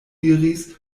diris